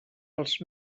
els